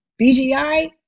BGI